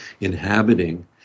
inhabiting